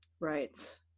Right